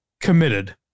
committed